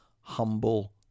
humble